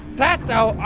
that's a.